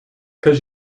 cause